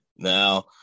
now